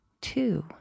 two